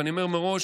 ואני אומר מראש,